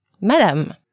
Madame